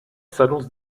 s’annonce